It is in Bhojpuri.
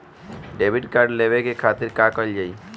डेबिट कार्ड लेवे के खातिर का कइल जाइ?